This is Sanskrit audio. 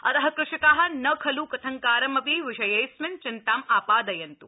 अत कृषका न खल् कथंकारम विषयेऽस्मिन् चिन्तां आधादयन्त्